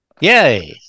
Yay